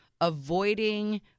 avoiding